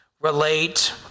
relate